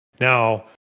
Now